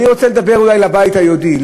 אני רוצה לדבר אולי לבית היהודי,